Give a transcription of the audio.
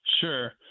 sure